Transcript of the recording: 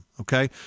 okay